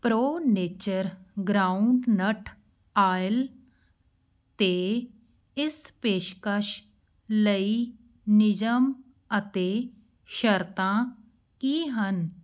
pro Nature groundnut oil 'ਤੇ ਇਸ ਪੇਸ਼ਕਸ਼ ਲਈ ਨਿਯਮ ਅਤੇ ਸ਼ਰਤਾਂ ਕੀ ਹਨ